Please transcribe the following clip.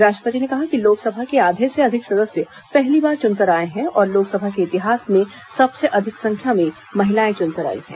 राष्ट्रपति ने कहा कि लोकसभा के आधे से अधिक सदस्य पहली बार चुनकर आए हैं और लोकसभा के इतिहास में सबसे अधिक संख्या में महिलाएं चुनकर आई हैं